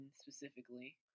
specifically